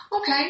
Okay